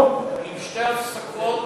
עם שתי הפסקות